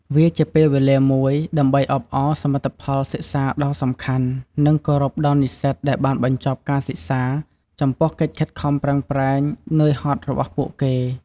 វាជាពេលវេលាមួយ ដើម្បីអបអរសមិទ្ធផលសិក្សាដ៏សំខាន់ និងគោរពដល់និស្សិតដែលបានបញ្ចប់ការសិក្សាចំពោះកិច្ចខិតខំប្រឹងប្រែង នឿយហត់របស់ពួកគេ។